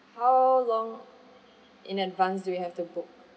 how long in advance do we have to book